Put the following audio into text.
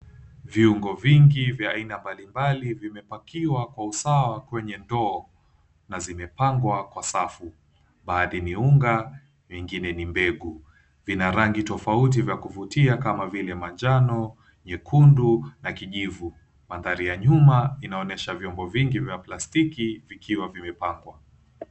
Viungo vingi vya aina mbalimbali vimepakiwa kwa usawa kwenye ndoo na zimepangwa kwa safu. Baadhi miunga mingine ni mbegu. Vina rangi tofauti vya kuvutia kama vile manjano, nyekundu na kijivu. Mandhari ya nyuma inaonyesha vyombo vingi vya plastiki vikiwa vimepangwa.